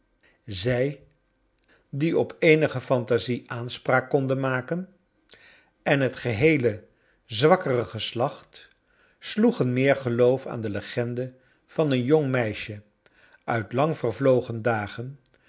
zij die op eenige phantasie aanspraak konden maken en bet geheele zwakkere geslacht sloegen meer geloof aan de legende van een jong meisje uit lang vervlogen dagen